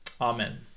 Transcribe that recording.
Amen